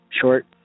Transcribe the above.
short